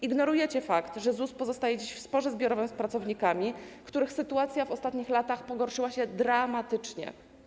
Ignorujecie fakt, że ZUS pozostaje dziś w sporze zbiorowym z pracownikami, których sytuacja w ostatnich latach pogorszyła się dramatycznie.